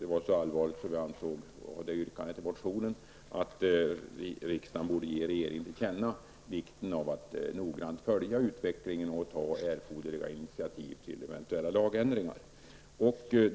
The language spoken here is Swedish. Det var så allvarligt att vi yrkade i motionen att riksdagen borde ge regeringen till känna vikten av att noggrant följa utvecklingen och ta erforderliga initiativ till eventuella lagändringar.